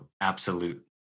absolute